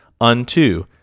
unto